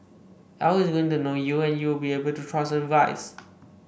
A I is going to know you and you will be able to trust the device